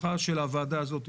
לפתחה של הוועדה הזאת.